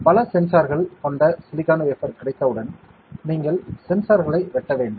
பல சென்சார்கள் கொண்ட சிலிக்கான் வேஃபர் கிடைத்தவுடன் நீங்கள் சென்சார்களை வெட்ட வேண்டும்